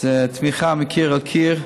זו תמיכה מקיר אל קיר.